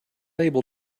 able